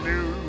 New